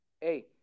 hey